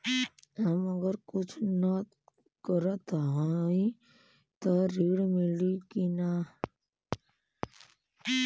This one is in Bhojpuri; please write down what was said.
हम अगर कुछ न करत हई त ऋण मिली कि ना?